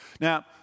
Now